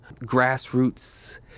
grassroots